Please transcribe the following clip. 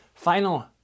Final